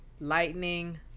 lightning